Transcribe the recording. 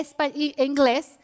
English